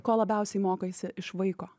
ko labiausiai mokaisi iš vaiko